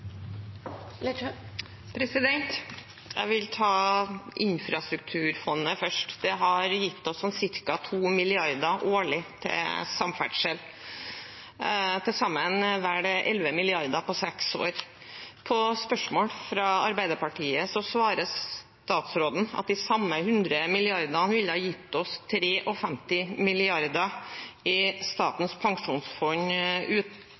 vil ta infrastrukturfondet først. Det har gitt oss ca. 2 mrd. kr årlig til samferdsel – til sammen vel 11 mrd. kr på seks år. På spørsmål fra Arbeiderpartiet svarer statsråden at de samme 100 mrd. kr ville gitt oss 53 mrd. kr i